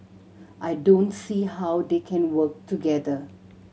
I don't see how they can work together